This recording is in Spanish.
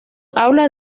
habla